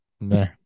No